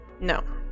no